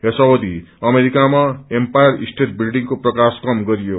यस अवधि अमेरिकामा empire state बिल्डिङको प्रकाश कम गरियो